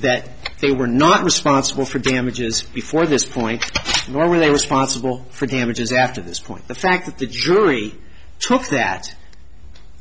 that they were not responsible for damages before this point nor are they responsible for damages after this point the fact that the jury took that